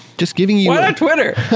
just giving you why not twitter?